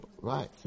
Right